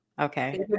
Okay